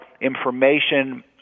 information